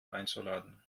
einzuladen